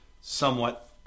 somewhat